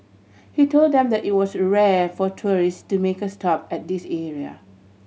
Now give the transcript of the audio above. he told them that it was rare for tourist to make a stop at this area